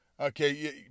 okay